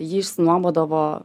jį išsinuomodavo